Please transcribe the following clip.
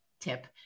tip